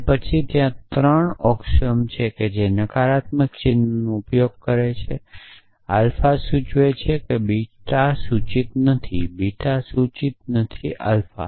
તે પછી ત્યાં ત્રણ ઑક્સિઓમર છે જે નકારાત્મક ચિહ્નનો ઉપયોગ કરે છે આલ્ફા સૂચવે છે બીટા સૂચિત નથી બીટા સૂચિત નથી આલ્ફા